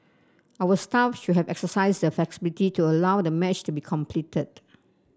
our staff should have exercised the flexibility to allow the match to be completed